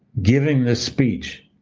giving the speech,